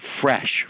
fresh